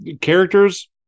characters